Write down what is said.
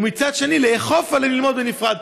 ומצד שני לאכוף עליהם לא ללמוד בנפרד.